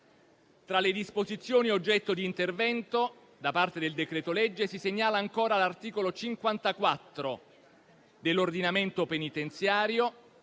Tra le disposizioni oggetto di intervento da parte del decreto-legge si segnala, ancora, l'articolo 54 dell'ordinamento penitenziario.